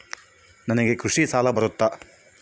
ನನಗೆ ಕೃಷಿ ಸಾಲ ಬರುತ್ತಾ?